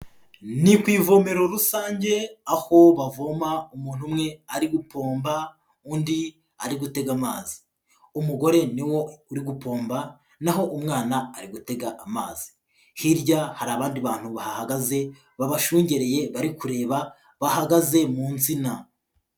Ni ku ivomero rusange aho bavoma umuntu umwe ari gupomba undi ari gutega amazi. Umugore niwe uri gupomba naho umwana ari gutega amazi, hirya hari abandi bantu bahagaze babashungereye bari kureba bahagaze mu nsina.